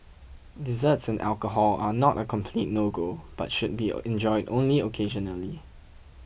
desserts and alcohol are not a complete no go but should be enjoyed only occasionally